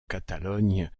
catalogne